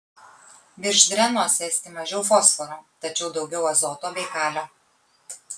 virš drenos esti mažiau fosforo tačiau daugiau azoto bei kalio